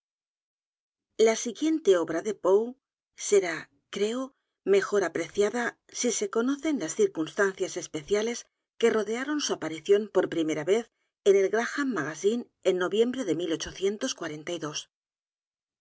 la siguiente obra de foe será creo mejor apreciada si se conocen las circunstancias especiales que rodearon su aparición por primera vez en el graham's magazine en noviembre de